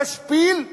משפיל,